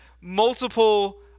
multiple